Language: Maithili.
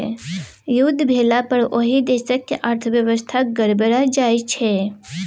युद्ध भेलापर ओहि देशक अर्थव्यवस्था गड़बड़ा जाइत छै